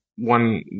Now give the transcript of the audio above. one